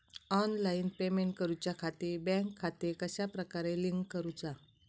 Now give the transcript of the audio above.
Online payment करुच्याखाती bank खाते कश्या प्रकारे लिंक करुचा?